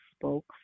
spoke